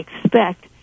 expect